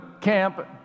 camp